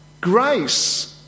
Grace